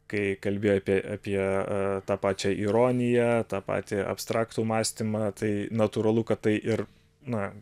kai kalbi apie apie tą pačią ironiją tą patį abstraktų mąstymą tai natūralu kad tai ir na